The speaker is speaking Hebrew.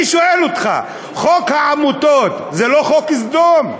אני שואל אותך: חוק העמותות זה לא חוק סדום?